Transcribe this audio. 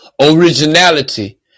originality